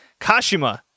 Kashima